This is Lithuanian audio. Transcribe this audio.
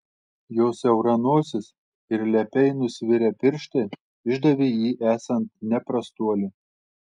jo siaura nosis ir lepiai nusvirę pirštai išdavė jį esant ne prastuoli